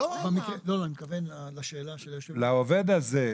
לעובד הזה,